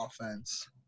offense